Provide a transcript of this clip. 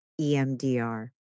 EMDR